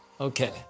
Okay